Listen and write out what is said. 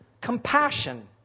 compassion